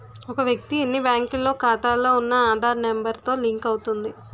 ఒక వ్యక్తి ఎన్ని బ్యాంకుల్లో ఖాతాలో ఉన్న ఆధార్ నెంబర్ తో లింక్ అవుతుంది